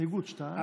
הסתייגויות (5) ו-(6).